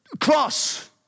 cross